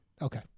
Okay